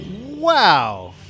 wow